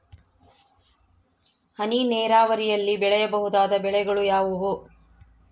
ಹನಿ ನೇರಾವರಿಯಲ್ಲಿ ಬೆಳೆಯಬಹುದಾದ ಬೆಳೆಗಳು ಯಾವುವು?